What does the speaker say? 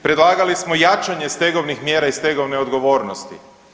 Predlagali smo i jačanje stegovnih mjera i stegovne odgovornosti.